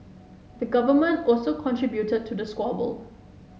the Government also contributed to the squabble